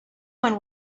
one